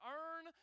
earn